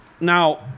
now